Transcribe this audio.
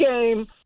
game